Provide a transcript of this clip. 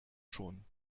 schon